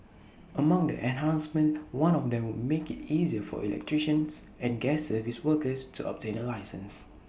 among the enhancements one of them would make IT easier for electricians and gas service workers to obtain A licence